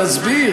אני אסביר.